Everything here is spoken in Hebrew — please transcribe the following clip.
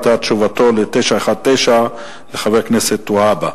זאת היתה תשובתו ל-919, לחבר הכנסת והבה.